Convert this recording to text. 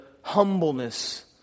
humbleness